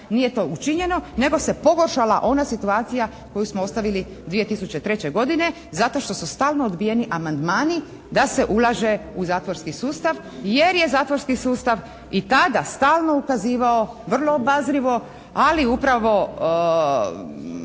nije to učinjeno, nego se pogoršala ona situacija koju smo ostavili 2003. godine zato što su stalno odbijeni amandmani da se ulaže u zatvorski sustav jer je zatvorski sustav i tada stalno ukazivao vrlo obazrivo, ali upravo